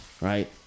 right